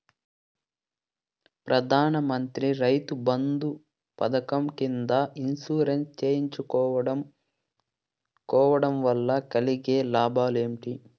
ప్రధాన మంత్రి రైతు బంధు పథకం కింద ఇన్సూరెన్సు చేయించుకోవడం కోవడం వల్ల కలిగే లాభాలు ఏంటి?